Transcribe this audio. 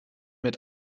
mit